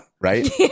right